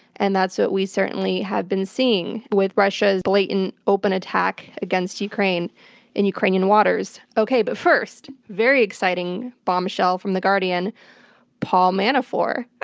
and that's what we certainly have been seeing with russia's blatant, open attack against ukraine in ukraine waters. okay, but first, very exciting bombshell from the guardian paul manafort.